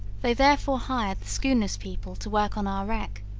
they therefore hired the schooner's people to work on our wreck,